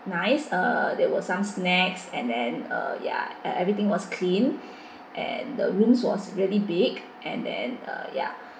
nice uh there were some snacks and then uh ya everything was clean and the rooms was really big and then uh ya